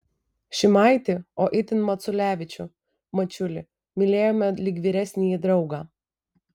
šimaitį o itin maculevičių mačiulį mylėjome lyg vyresnįjį draugą